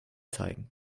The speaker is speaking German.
zeigen